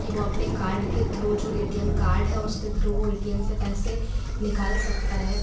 की वो अपने कार्ड के थ्रू जो ए टी एम कार्ड है उसके थ्रू वो ए टी एम से पैसे निकाल सकता है